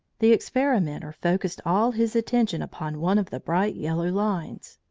the experimenter focussed all his attention upon one of the bright yellow lines.